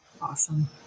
Awesome